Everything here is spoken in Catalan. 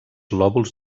lòbuls